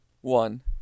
one